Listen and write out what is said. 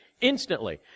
instantly